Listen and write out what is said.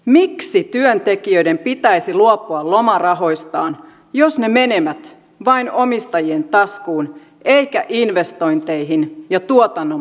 miksi työntekijöiden pitäisi luopua lomarahoistaan jos ne menevät vain omistajien taskuun eivätkä investointeihin ja tuotannon panostuksiin